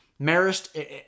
Marist